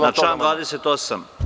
Na član 28…